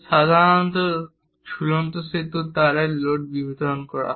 সাধারণত ঝুলন্ত সেতু তারের লোড বিতরণ করতে হয়